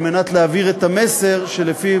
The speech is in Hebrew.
על מנת להעביר את המסר שלפיו,